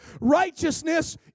Righteousness